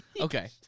Okay